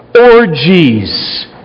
orgies